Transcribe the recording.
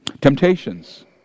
Temptations